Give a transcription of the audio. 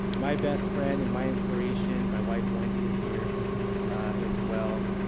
my best friend and my inspiration, my wife wendy is here as well.